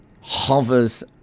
hovers